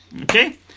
Okay